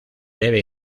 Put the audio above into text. debe